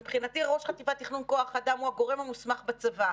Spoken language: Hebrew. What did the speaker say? ומבחינתי ראש חטיבת תכנון כוח אדם הוא הגורם המוסמך בצבא,